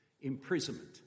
Imprisonment